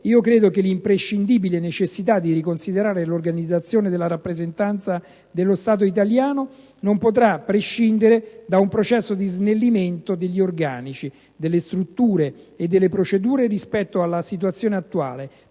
credo che l'imprescindibile necessità di riconsiderare l'organizzazione della rappresentanza dello Stato italiano non potrà prescindere da un processo di snellimento degli organici, delle strutture e delle procedure rispetto alla situazione attuale,